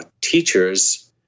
teachers